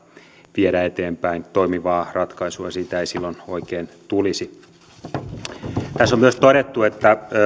viedä eteenpäin toimivaa ratkaisua siitä ei silloin oikein tulisi tässä on myös todettu että